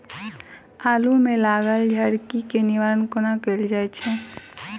आलु मे लागल झरकी केँ निवारण कोना कैल जाय छै?